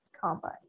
combine